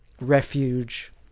refuge